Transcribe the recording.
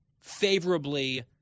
favorably